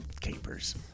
capers